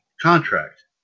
Contract